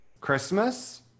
Christmas